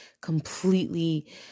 completely